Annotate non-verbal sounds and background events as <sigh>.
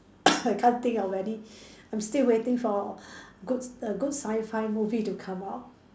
<coughs> I can't think of any I'm still waiting for good a good Sci-fi movie to come out